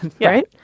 right